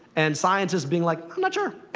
and scientists being like, i'm not sure.